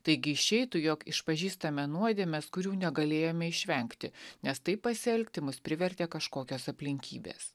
taigi išeitų jog išpažįstame nuodėmes kurių negalėjome išvengti nes taip pasielgti mus privertė kažkokios aplinkybės